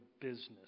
business